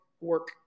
work